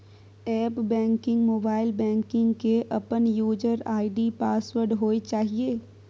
app banking, mobile banking के अपन user ID password होय चाहिए